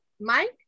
Mike